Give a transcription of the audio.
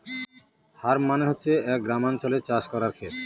farm মানে হচ্ছে এক গ্রামাঞ্চলে চাষ করার খেত